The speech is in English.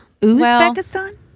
Uzbekistan